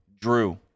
Drew